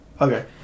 Okay